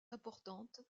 importante